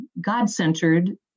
God-centered